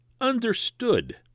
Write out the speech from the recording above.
understood